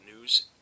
news